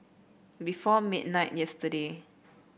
before midnight yesterday